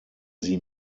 sie